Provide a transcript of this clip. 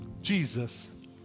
Jesus